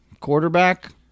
quarterback